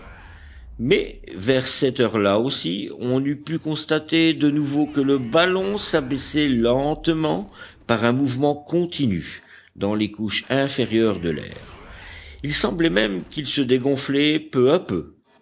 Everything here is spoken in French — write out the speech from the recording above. mais vers cette heure-là aussi on eût pu constater de nouveau que le ballon s'abaissait lentement par un mouvement continu dans les couches inférieures de l'air il semblait même qu'il se dégonflait peu à peu